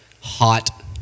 hot